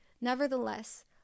nevertheless